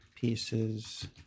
pieces